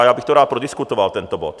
Já bych to rád prodiskutoval, tento bod.